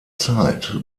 zeit